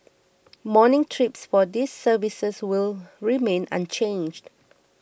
morning trips for these services will remain unchanged